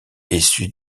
essuie